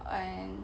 and